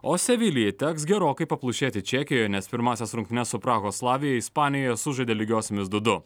o sevilijai teks gerokai paplušėti čekijoje nes pirmąsias rungtynes su prahos slavija ispanijoje sužaidė lygiosiomis du du